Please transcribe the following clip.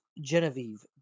Genevieve